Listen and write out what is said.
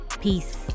peace